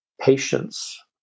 patience